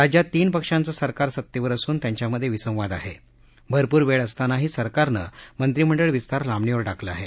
राज्यात तीन पक्षाचं सरकार सत्तेवर असून त्यांच्यामधे विसंवाद आहे भरपूर वेळ असतानाही सरकारनं मंत्रिमंडळ विस्तार लांबणीवर टाकला आहे